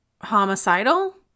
homicidal